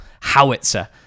howitzer